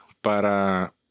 para